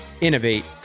Innovate